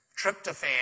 tryptophan